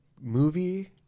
movie